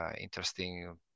interesting